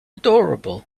adorable